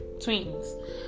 twins